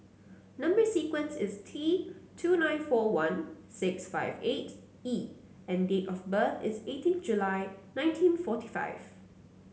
number sequence is T two nine four one six five eight E and date of birth is eighteen July nineteen forty five